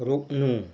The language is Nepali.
रोक्नु